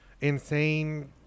insane